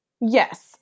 Yes